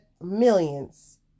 millions